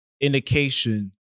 indication